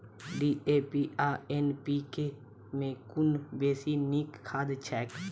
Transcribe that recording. DAP आ NPK मे कुन बेसी नीक खाद छैक?